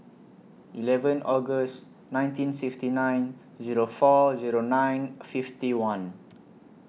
eleven August nineteen sixty nine Zero four Zero nine fifty one